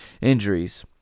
injuries